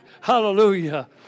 hallelujah